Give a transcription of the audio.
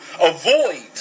avoid